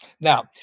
Now